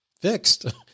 fixed